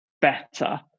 better